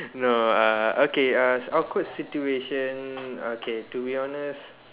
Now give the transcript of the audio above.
no uh okay uh awkward situation okay to be honest